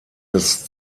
des